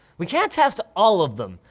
we can't test all of them.